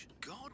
god